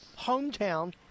hometown